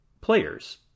players